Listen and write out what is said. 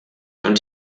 und